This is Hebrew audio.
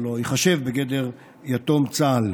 או לא ייחשב בגדר יתום צה"ל.